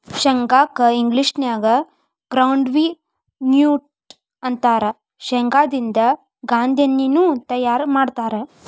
ಶೇಂಗಾ ಕ್ಕ ಇಂಗ್ಲೇಷನ್ಯಾಗ ಗ್ರೌಂಡ್ವಿ ನ್ಯೂಟ್ಟ ಅಂತಾರ, ಶೇಂಗಾದಿಂದ ಗಾಂದೇಣ್ಣಿನು ತಯಾರ್ ಮಾಡ್ತಾರ